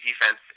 defense